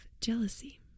jealousy